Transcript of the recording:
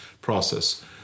process